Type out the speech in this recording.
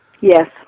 Yes